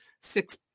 six